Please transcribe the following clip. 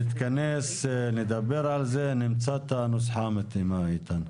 נתכנס, נדבר על זה, נמצא את הנוסחה המתאימה, איתן.